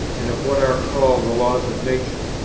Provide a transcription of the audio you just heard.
and of what are called the laws of nature.